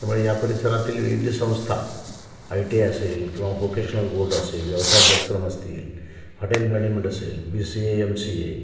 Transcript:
त्यामुळे या परिसरातील विविध संस्था आय टी आय असेल किंवा व्होकेशनल बोर्ड असेल व्यवसाय अभ्यासक्रम असतील हॉटेल मॅनेजमेंट असेल B C A M C A